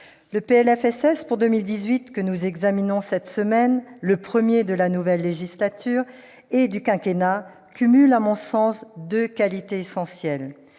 sociale pour 2018 que nous examinons cette semaine, le premier de la nouvelle législature et du quinquennat, cumule à mon sens deux qualités essentielles.